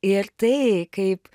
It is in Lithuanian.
ir tai kaip